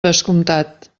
descomptat